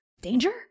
danger